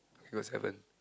I got seven